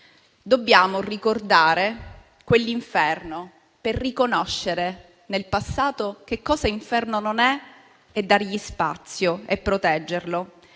Dobbiamo ricordare quell'inferno per riconoscere, nel passato, che cosa inferno non è e dargli spazio e proteggerlo.